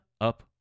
up